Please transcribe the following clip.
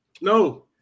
No